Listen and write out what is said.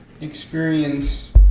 experience